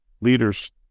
leaders